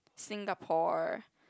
Singapore